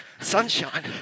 sunshine